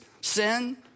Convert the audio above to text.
sin